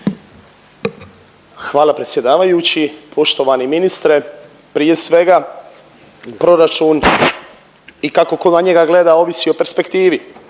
Hvala predsjedavajući. Poštovani ministre, prije svega proračun i kako ko na njega gleda ovisi o perspektivi,